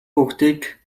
бүгдийг